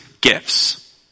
gifts